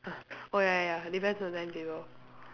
oh ya ya ya depends on timetable